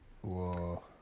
Whoa